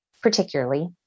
particularly